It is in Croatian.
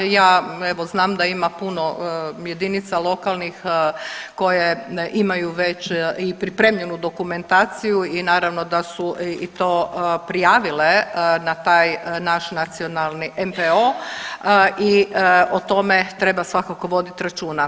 Ja evo znam da ima puno jedinica lokalnih koje imaju već i pripremljenu dokumentaciju i naravno da su i to prijavile na taj naš nacionalni NPO i o tome treba svakako voditi računa.